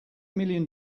million